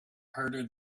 harder